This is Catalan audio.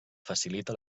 facilita